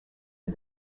for